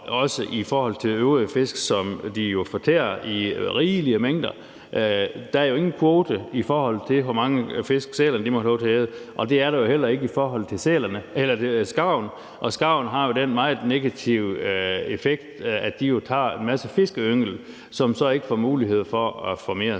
også i forhold til øvrige fisk, som de jo fortærer i rigelige mængder. Der er ikke nogen kvote, i forhold til hvor mange fisk sælerne må have lov til at æde, og det er der heller ikke i forhold til skarven, og skarven har jo den meget negative effekt, at den tager en masse fiskeyngel, som så ikke får mulighed for at formere sig.